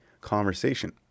conversation